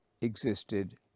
existed